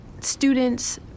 students